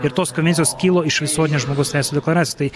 ir tos konvencijos kilo iš visuotinės žmogaus teisių deklaracijos tai